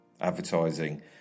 advertising